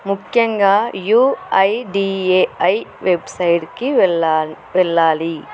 ముఖ్యంగా యూఐడిఏఐ వెబ్సైట్కి వెళ్ళాాలి వెళ్ళాలి